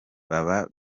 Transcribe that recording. baba